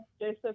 Joseph